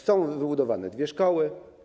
Są wybudowane dwie szkoły.